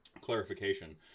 Clarification